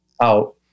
out